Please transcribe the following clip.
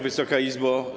Wysoka Izbo!